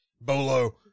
Bolo